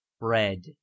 Bread